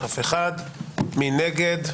מי נגד?